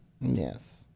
yes